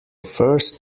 first